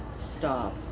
Stop